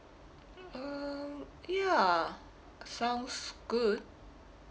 um ya sounds good